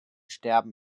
sterben